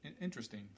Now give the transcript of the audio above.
interesting